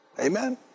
Amen